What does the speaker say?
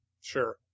Sure